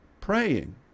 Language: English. praying